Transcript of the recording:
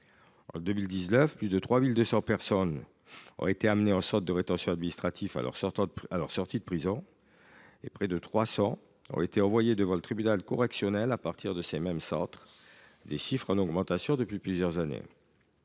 ont été plus de 3 200 à avoir été emmenés en centre de rétention administrative à leur sortie de prison et près de 300 à avoir été envoyés devant le tribunal correctionnel à partir de ces mêmes centres. Ces chiffres sont en augmentation depuis plusieurs années.